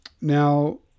Now